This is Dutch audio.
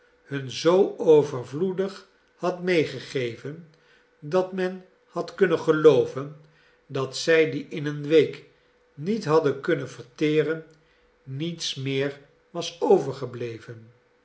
hun zoo overvloedig had meegegeven dat men had kunnen gelooven dat zij dien in een week niet hadden kunnen verteren niets meer was overgebleven